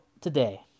today